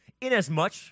inasmuch